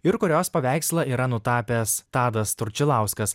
ir kurios paveikslą yra nutapęs tadas tručilauskas